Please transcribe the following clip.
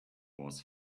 was